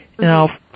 Now